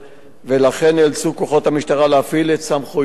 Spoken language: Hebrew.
ולכן נאלצו כוחות המשטרה להפעיל את סמכויותיהם.